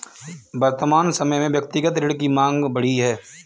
वर्तमान समय में व्यक्तिगत ऋण की माँग बढ़ी है